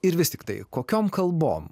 ir vis tiktai kokiom kalbom